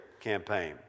campaign